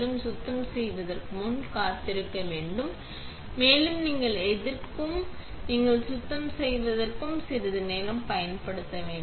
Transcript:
நீங்கள் சுத்தம் செய்வதற்கு முன் காத்திருக்க வேண்டும் மேலும் நின்று எதிர்க்கும் எனவே நீங்கள் சுத்தம் செய்வதற்கு சிறிது நேரம் பயன்படுத்த வேண்டும்